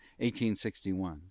1861